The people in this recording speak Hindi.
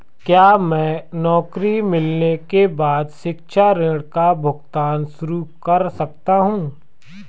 क्या मैं नौकरी मिलने के बाद शिक्षा ऋण का भुगतान शुरू कर सकता हूँ?